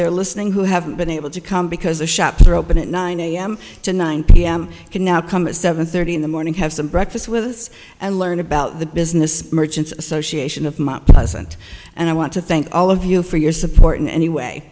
there listening who haven't been able to come because the shops are open at nine a m to nine p m can now come at seven thirty in the morning have some breakfast with us and learn about the business merchants association of mom sent and i want to thank all of you for your support and anyway